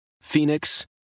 Phoenix